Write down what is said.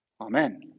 Amen